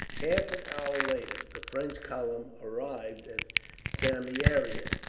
half an hour later, the french column arrived at samieaveram.